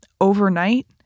overnight